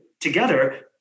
together